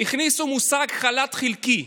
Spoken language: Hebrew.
הכניסו את המושג חל"ת חלקי.